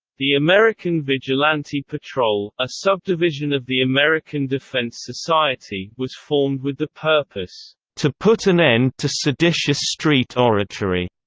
the american vigilante patrol, a subdivision of the american defense society, was formed with the purpose to put an end to seditious street oratory.